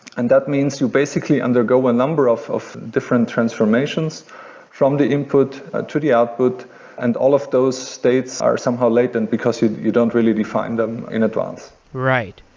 and that means you basically undergo a number of of different transformations from the input to the output and all of those states are somehow latent, because you you don't really define them in advance right.